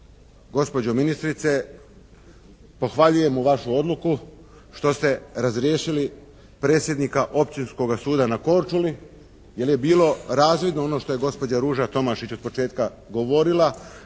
gospođo ministrice pohvaljujemo vašu odluku što ste razriješili predsjednika Općinskoga suda na Korčuli jer je bilo razvidno ono što je gospođa Ruža Tomašić otpočetka govorila